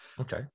Okay